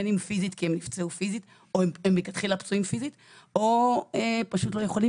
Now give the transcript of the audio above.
בין אם פיזית כי הם נפגעו פיזית או פשוט לא יכולים